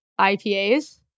IPAs